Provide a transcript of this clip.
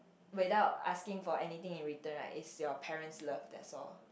without asking for anything in return right is your parents' love that's all